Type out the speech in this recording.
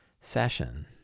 session